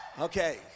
Okay